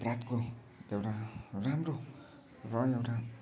अपराधको एउटा राम्रो र एउटा